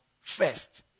first